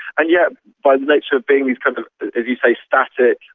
and yet by the nature of being these, kind of as you say, static,